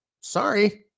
sorry